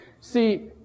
See